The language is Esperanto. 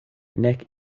nek